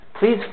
please